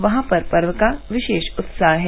वहां पर पर्व का विषेश उत्साह है